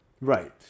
Right